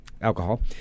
alcohol